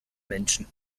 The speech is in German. menschen